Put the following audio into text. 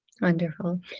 wonderful